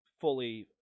fully